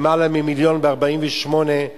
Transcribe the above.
יותר ממיליון ב-1948,